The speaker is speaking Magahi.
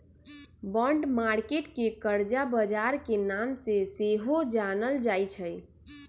बॉन्ड मार्केट के करजा बजार के नाम से सेहो जानल जाइ छइ